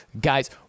Guys